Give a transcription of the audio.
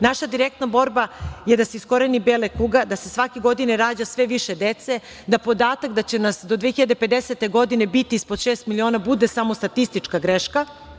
Naša direktna borba je da se iskoreni bela kuga, da se svake godine rađa sve više dece, da podatak da će nas do 2050. godine biti ispod šest miliona bude samo statistička greška.